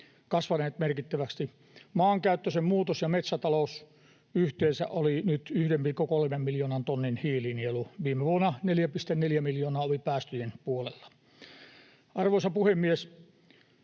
kasvaneet merkittävästi. Maankäyttö, sen muutos, ja metsätalous olivat nyt yhteensä 1,3 miljoonan tonnin hiilinielu. Viime vuonna 4,4 miljoonaa oli päästöjen puolella. Arvoisa puhemies!